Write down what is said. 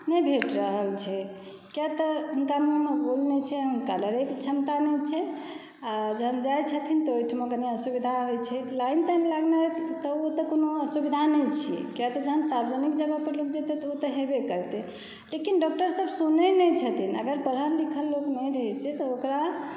नहि भेट रहल छै किया तऽ हुनका मुँहमे बोल नहि छनि हुनका लड़ैके क्षमता नहि छै आ जहन जाइ छथिन तऽ ओहिठमा कने असुविधा होइ छै लाइन ताइन लगनै तऽ ओ तऽ कोनो असुविधा नहि छियै किया तऽ जहन सार्वजानिक जगह पर लोक जेतै तऽ ओ तऽ हेबे करतै लेकिन डॉक्टर सब सुनै नहि छथिन अगर पढ़ल लिखल लोक नहि रहै छै तऽ ओकरा